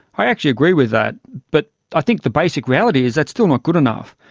i actually agree with that, but i think the basic reality is that's still not good enough.